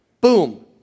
boom